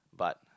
but